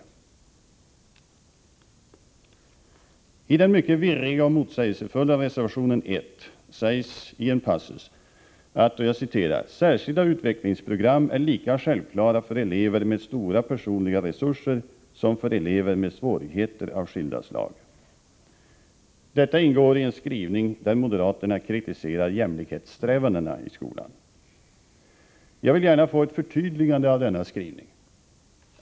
I den mycket virriga och motsägelsefulla reservation 1 sägs i en passus: ”Särskilda utvecklingsprogram är lika självklara för elever med stora personliga resurser som för elever med svårigheter av skilda slag.” Denna mening ingår i en skrivning där moderaterna kritiserar jämlikhetssträvandena i skolan. Jag vill gärna få ett förtydligande av denna skrivning.